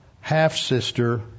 half-sister